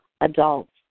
adults